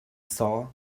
saw